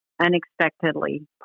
unexpectedly